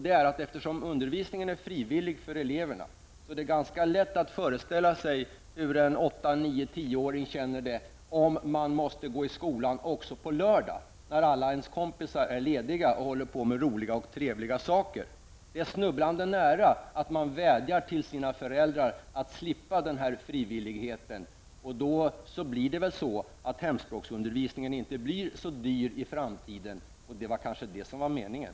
Eftersom hemspråksundervisningen är frivillig för eleverna, är det ganska lätt att föreställa sig hur en 8-, 9 eller 10-åring känner det om man måste gå i skolan också på lördagen, när alla ens kompisar är lediga och håller på med roliga och trevliga saker. Det är snubblande nära att man vädjar till sina föräldrar att slippa den här frivilliga undervisningen. Då blir väl hemspråksundervisningen inte så dyr i framtiden, och det var kanske det som var meningen.